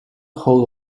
hall